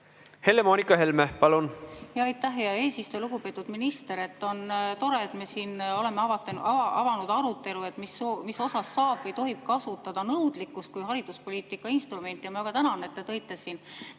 Helle-Moonika Helme, palun! Aitäh, hea eesistuja! Lugupeetud minister! On tore, et me siin oleme avanud arutelu, mis osas saab või tohib kasutada nõudlikkust kui hariduspoliitika instrumenti. Ja ma tänan, et te tõite siin